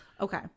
Okay